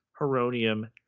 heronium